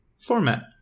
format